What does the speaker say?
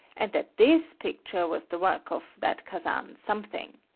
and that this picture was the work of that kazan something.